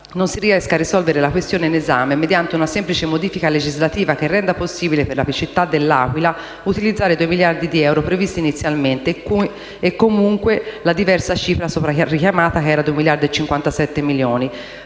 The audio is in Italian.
non si riesca a risolvere la questione in esame mediante una semplice modifica legislativa che renda possibile per la città dell'Aquila utilizzare i 2 miliardi di euro previsti inizialmente o comunque la diversa cifra sopra richiamata, pari a un miliardo e 57 milioni,